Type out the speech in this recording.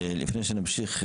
לפני שנמשיך,